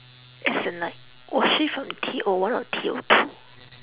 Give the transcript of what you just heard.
as in like was she from T O one or T O two